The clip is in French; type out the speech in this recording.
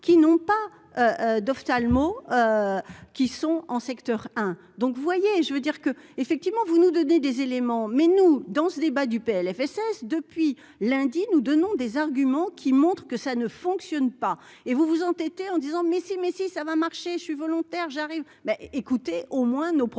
qui n'ont pas d'ophtalmo qui sont en secteur hein, donc vous voyez, je veux dire que effectivement vous nous donner des éléments, mais nous, dans ce débat du PLFSS depuis lundi, nous donnons des arguments qui montre que ça ne fonctionne pas et vous vous entêtez en disant mais si, mais si ça va marcher, je suis volontaire, j'arrive,